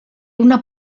una